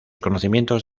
conocimientos